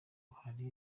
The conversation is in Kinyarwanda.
hari